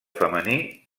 femení